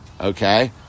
Okay